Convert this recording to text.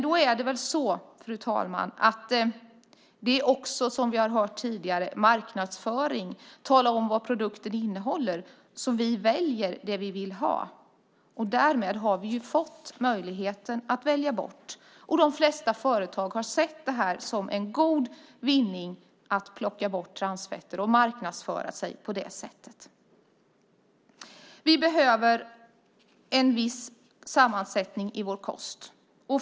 Då är det väl genom marknadsföring och att man talar om vad produkten innehåller som vi väljer vad vi vill ha. Därmed har vi ju fått möjlighet att välja bort. De flesta företag har sett det som en god vinning att plocka bort transfetter och marknadsföra sig på det sättet. Vi behöver en viss sammansättning i vår kost.